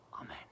Amen